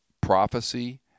prophecy